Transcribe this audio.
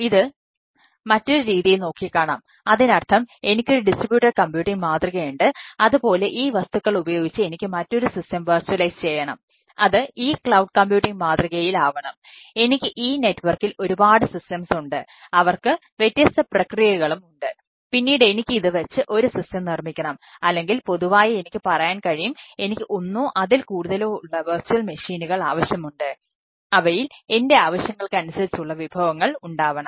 ഇത് മറ്റൊരു രീതിയിൽ നോക്കിക്കാണാം അതിനർത്ഥം എനിക്കൊരു ഡിസ്ട്രിബ്യൂട്ടഡ് കമ്പ്യൂട്ടിംഗ് ആവശ്യമുണ്ട് അവയിൽ എൻറെ ആവശ്യങ്ങൾക്കനുസരിച്ച് ഉള്ള വിഭവങ്ങൾ ഉണ്ടാവണം